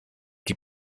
die